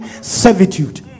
servitude